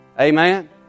Amen